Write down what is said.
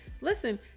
listen